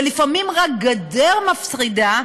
ולפעמים רק גדר מפרידה,